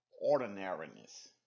ordinariness